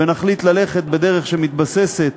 ונחליט ללכת בדרך שמתבססת